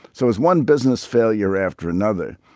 so as one business failure after another.